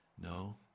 No